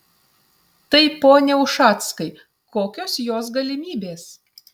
tai pone ušackai kokios jos galimybės